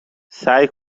سعی